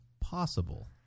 possible